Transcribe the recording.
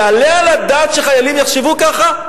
יעלה על הדעת שחיילים יחשבו כך?